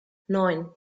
neun